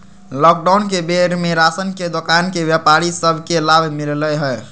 lockdown के बेर में राशन के दोकान के व्यापारि सभ के लाभ मिललइ ह